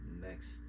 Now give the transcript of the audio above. Next